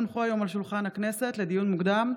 התשפ"א 2021. לדיון מוקדם: